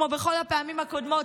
כמו בכל הפעמים הקודמות,